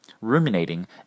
Ruminating